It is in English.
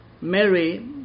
Mary